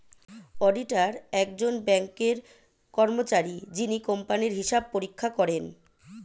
auditor একজন ব্যাঙ্কের কর্মচারী যিনি কোম্পানির হিসাব পরীক্ষা করেন